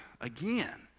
again